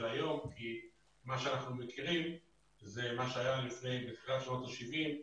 היום כי מה שאנחנו מכירים זה מה שהיה בתחילת שנות ה-70,